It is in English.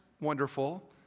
wonderful